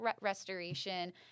restoration